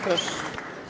Proszę.